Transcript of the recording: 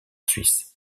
suisse